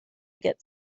get